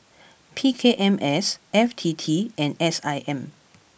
P K M S F T T and S I M